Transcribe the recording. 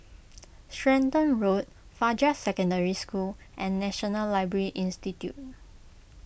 Stratton Road Fajar Secondary School and National Library Institute